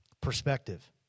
perspective